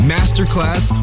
Masterclass